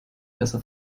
besser